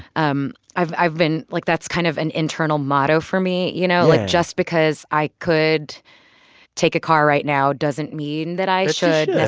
um i've i've been like, that's kind of an internal motto for me, you know? yeah like, just because i could take a car right now doesn't mean that i should,